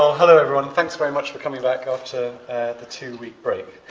hello, everyone. thanks very much for coming back after the two-week break.